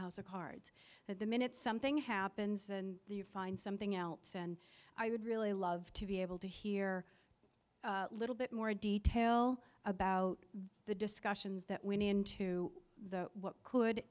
house of cards that the minute something happens and you find something else and i would really love to be able to hear a little bit more detail about the discussions that when into the what could